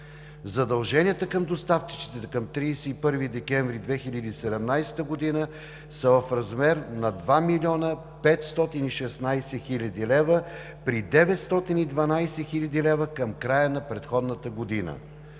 Задълженията към доставчиците към 31 декември 2017 г. са в размер на 2 млн. 516 хил. лв., при 912 хил. лв. към края на предходната година.